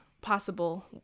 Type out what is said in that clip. possible